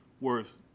worth